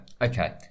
Okay